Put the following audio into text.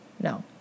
No